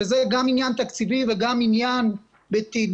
שזה גם עניין תקציבי וגם עניין בתעדוף